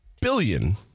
billion